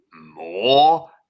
more